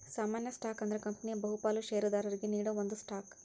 ಸಾಮಾನ್ಯ ಸ್ಟಾಕ್ ಅಂದ್ರ ಕಂಪನಿಯ ಬಹುಪಾಲ ಷೇರದಾರರಿಗಿ ನೇಡೋ ಒಂದ ಸ್ಟಾಕ್